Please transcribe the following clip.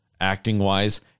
Acting-wise